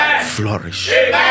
flourish